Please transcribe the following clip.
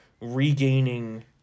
regaining